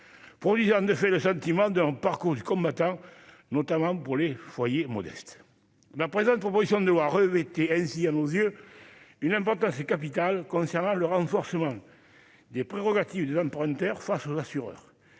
pour lui en effet le sentiment d'un parcours du combattant, notamment pour les foyers modestes la présente proposition de loi rejeté ainsi à nos yeux une importance capitale concernant le renforcement des prérogatives des emprunteurs face aux assureurs,